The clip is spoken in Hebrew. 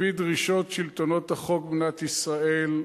לפי דרישות שלטונות החוק במדינת ישראל,